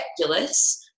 ridiculous